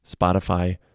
Spotify